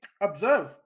observe